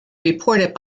reported